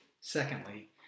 Secondly